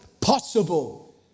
possible